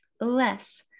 less